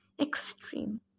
extreme